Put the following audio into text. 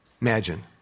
Imagine